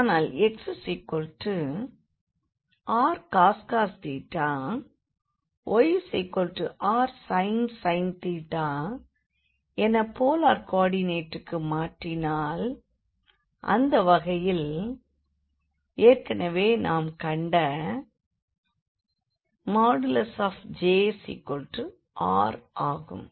ஆனால் xrcos yrsin என polar கோ ஆர்டினேட்டுக்கு மாற்றினால் அந்த வகையில் ஏற்கெனவே நாம் கண்ட Jrஆகும்